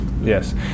yes